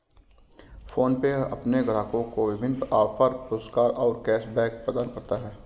PhonePe अपने ग्राहकों को विभिन्न ऑफ़र, पुरस्कार और कैश बैक प्रदान करता है